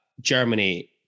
Germany